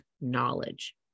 knowledge